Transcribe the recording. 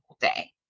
day